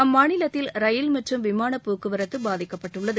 அம்மாநிலத்தில் ரயில் மற்றும் விமான போக்குவரத்தும் பாதிக்கப்பட்டுள்ளது